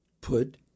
put